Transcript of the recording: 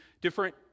different